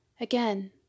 Again